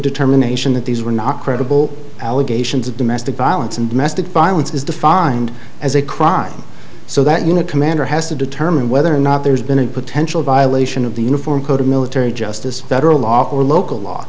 determination that these were not credible allegations of domestic violence and domestic violence is defined as a crime so that unit commander has to determine whether or not there's been a potential violation of the uniform code of military justice federal law or local law